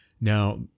Now